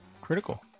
critical